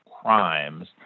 crimes